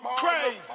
crazy